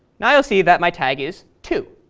now you'll see that my tag is two.